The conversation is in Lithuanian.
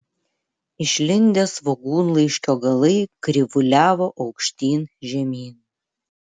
išlindę svogūnlaiškio galai krivuliavo aukštyn žemyn